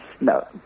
No